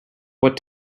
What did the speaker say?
what